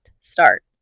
start